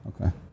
Okay